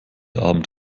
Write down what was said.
abend